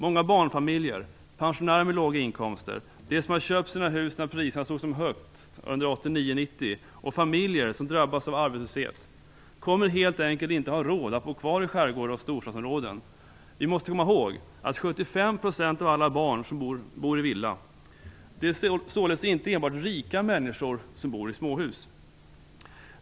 Många barnfamiljer, pensionärer med låga inkomster, de som har köpt sina hus när priserna stod som högst 1989-1990 och familjer som drabbas av arbetslöshet kommer helt enkelt inte att ha råd att bo kvar i skärgårdar och storstadsområden. Vi måste komma ihåg att 75 % av alla barn bor i villa. Det är således inte enbart "rika" människor som bor i småhus.